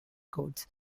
cords